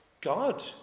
God